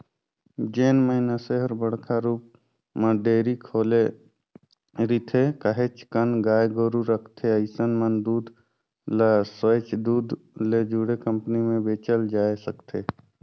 जेन मइनसे हर बड़का रुप म डेयरी खोले रिथे, काहेच कन गाय गोरु रखथे अइसन मन दूद ल सोयझ दूद ले जुड़े कंपनी में बेचल जाय सकथे